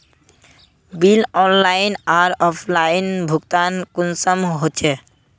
Bill online आर offline भुगतान कुंसम होचे?